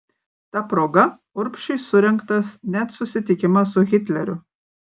ta proga urbšiui surengtas net susitikimas su hitleriu